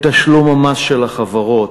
את תשלום המס של החברות,